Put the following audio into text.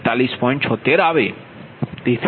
76 આવે છે